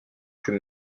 plus